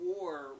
War